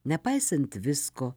nepaisant visko